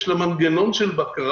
יש לה מנגנון של בקרה,